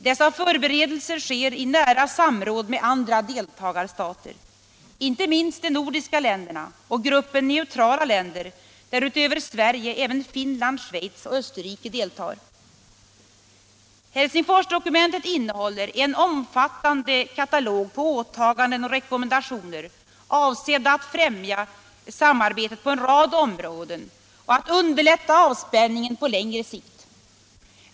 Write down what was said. Dessa förberedelser sker i nära samråd med andra deltagarstater, inte minst de nordiska länderna och gruppen neutrala länder, där utöver Sverige även Finland, Schweiz och Österrike deltar. Helsingforsdokumentet innehåller en omfattande katalog på åtaganden och rekommendationer avsedda att främja samarbetet på en rad områden och att underlätta avspänningen på längre sikt.